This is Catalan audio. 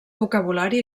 vocabulari